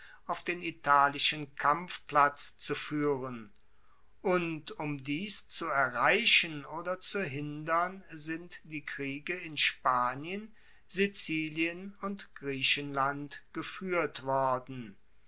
auf den italischen kampfplatz zu fuehren und um dies zu erreichen oder zu hindern sind die kriege in spanien sizilien und griechenland gefuehrt worden